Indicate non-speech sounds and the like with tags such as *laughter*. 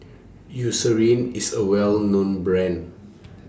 Eucerin IS A Well known Brand *noise*